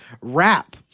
rap